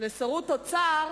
ולתפקיד שר האוצר.